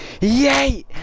yay